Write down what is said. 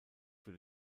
für